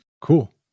cool